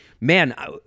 man